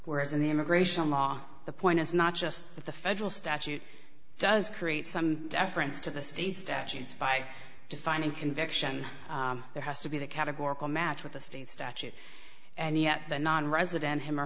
whereas in the immigration law the point is not just that the federal statute does create some deference to the state statutes by defining conviction there has to be the categorical match with the state statute and yet the nonresident him or